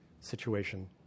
situation